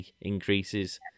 increases